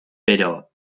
pero